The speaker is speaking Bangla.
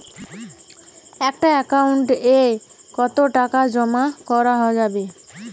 একটা একাউন্ট এ কতো টাকা জমা করা যাবে?